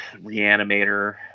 reanimator